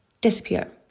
Disappear